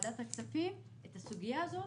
כוועדת הכספים, את הסוגיה הזאת.